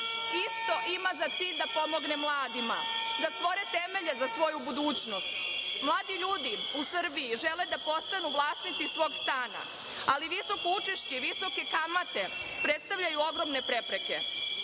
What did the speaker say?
isto ima za cilj da pomogne mladima, da stvore temelje za svoju budućnost. Mladi ljudi u Srbiji žele da postanu vlasnici svog stana, ali visoko učešće, visoke kamate predstavljaju ogromne prepreke.